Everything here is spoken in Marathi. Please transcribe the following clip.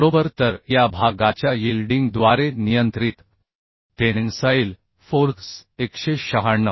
बरोबर तरया भा गाच्या यील्डिंग द्वारे नियंत्रित टेन्साईल फोर्स 196